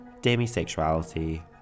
demisexuality